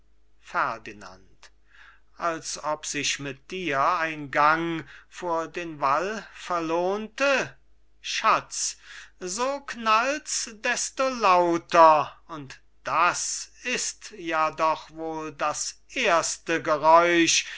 ferdinand als ob sich mit dir ein gang vor den wall verlohnte schatz so knallt's desto lauter und das ist ja doch wohl das erste geräusch